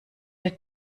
der